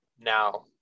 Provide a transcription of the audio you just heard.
now